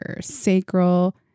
sacral